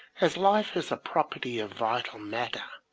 as life is a property of vital matter,